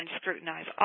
scrutinize